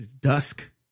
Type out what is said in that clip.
Dusk